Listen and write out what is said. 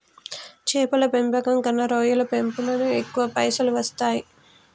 చేపల పెంపకం కన్నా రొయ్యల పెంపులను ఎక్కువ పైసలు వస్తాయి